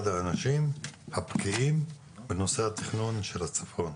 אחד האנשים הבקיאים בנושא התכנון של הצפון,